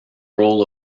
role